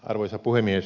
arvoisa puhemies